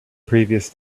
previous